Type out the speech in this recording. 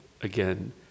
again